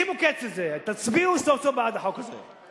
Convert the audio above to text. חברים, שימו קץ לזה, תצביעו סוף סוף בעד החוק הזה.